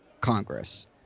Congress